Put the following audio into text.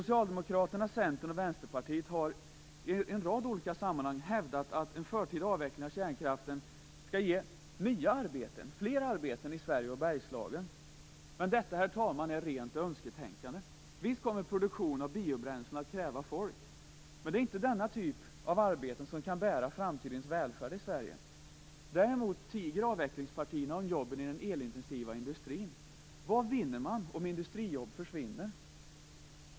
Socialdemokraterna, Centern och Vänsterpartiet har i en rad olika sammanhang hävdat att en förtida avveckling av kärnkraften skall ge nya arbeten, fler arbeten, i Sverige, t.ex. i Bergslagen. Men detta, herr talman, är rent önsketänkande. Visst kommer produktionen av biobränslen att kräva folk, men det är inte den typen av arbeten som kan bära framtidens välfärd i Sverige. Avvecklingspartierna tiger däremot om jobben i den elintensiva industrin. Vad vinner man om industrijobb försvinner?